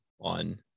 on